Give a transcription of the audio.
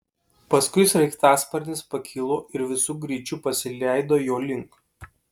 paskui sraigtasparnis pakilo ir visu greičiu pasileido jo link